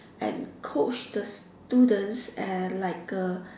and coach the students and